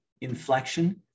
inflection